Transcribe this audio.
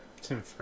Tim